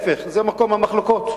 להיפך, זה מקום המחלוקות,